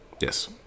Yes